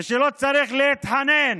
ושלא צריך להתחנן